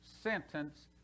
sentence